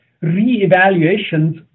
re-evaluations